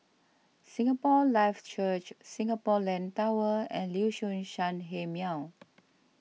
Singapore Life Church Singapore Land Tower and Liuxun Sanhemiao